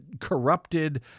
corrupted